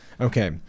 okay